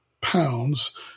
pounds